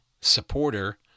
supporter